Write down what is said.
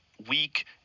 weak